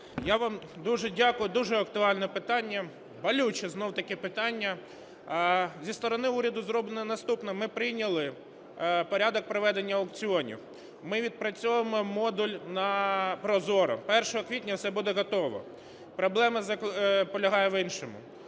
Я вам дуже дякую. Дуже актуальне питання, болюче знов-таки питання. Зі сторони уряду зроблено наступне: ми прийняли порядок проведення аукціонів, ми відпрацьовуємо модуль на ProZorro, 1 квітня все буде готово. Проблема полягає в іншому.